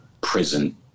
prison